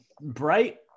bright